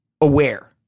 aware